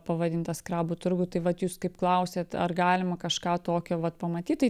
pavadintas krabų turgų tai vat jūs kaip klausėt ar galima kažką tokio vat pamatyt tai